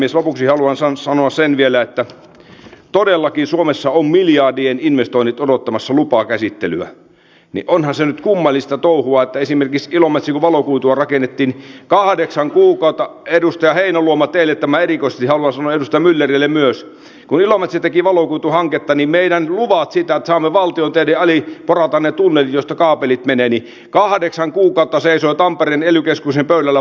lopuksi haluan sanoa vielä sen että kun todellakin suomessa on miljardien investoinnit odottamassa lupakäsittelyä niin onhan se nyt kummallista touhua että esimerkiksi ilomantsissa kun valokuitua rakennettiin kahdeksan kuukautta edustaja heinäluoma erikoisesti teille tämän haluan sanoa ja edustaja myllerille myös eli kun ilomantsi teki valokuituhanketta niin meidän luvat ne paperit siitä että saamme valtion teiden alitse porata ne tunnelit joista kaapelit menevät kahdeksan kuukautta seisoivat tampereen ely keskuksen pöydällä